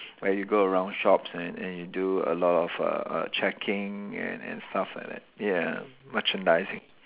where you go around shops and and you do a lot of uh uh checking and and stuff like that ya merchandising